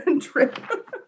trip